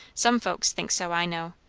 some folks thinks so, i know.